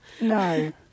No